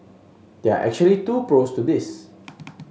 there are actually two pros to this